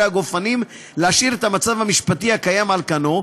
הגופנים להשאיר את המצב המשפטי הקיים על כנו,